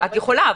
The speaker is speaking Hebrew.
את יכולה.